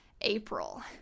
April